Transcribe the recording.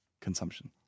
consumption